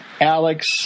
Alex